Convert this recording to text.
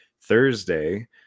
Thursday